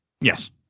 Yes